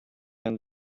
and